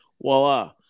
voila